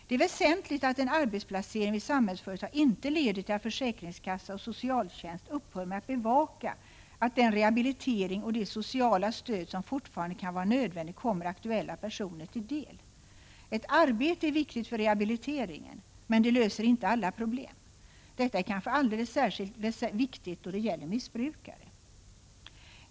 Det är väsentligt att en arbetsplacering vid Samhällsföretag inte leder till att försäkringskassan och socialtjänsten upphör med att bevaka att den rehabilitering och det sociala stöd som fortfarande kan vara nödvändigt kommer aktuella personer till del. Ett arbete är viktigt för rehabiliteringen, men det löser inte alla problem. Det är kanske särskilt viktigt då det gäller missbrukare.